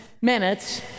minutes